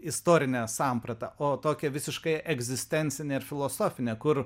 istorinę sampratą o tokią visiškai egzistencinę ir filosofinę kur